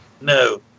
No